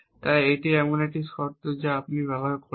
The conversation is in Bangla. তাই এটি এমন একটি শর্ত যা আপনি ব্যবহার করবেন